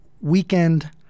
Weekend